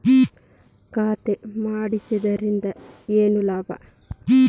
ಖಾತೆ ಮಾಡಿಸಿದ್ದರಿಂದ ಏನು ಲಾಭ?